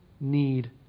need